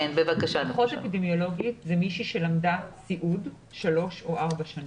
אחות אפידמיולוגית היא מישהו שלמדה סיעוד שלוש או ארבע שנים.